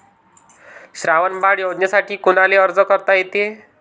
श्रावण बाळ योजनेसाठी कुनाले अर्ज करता येते?